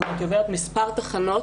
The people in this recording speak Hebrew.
היא עוברת מספר תחנות,